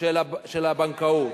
של הבנקאות,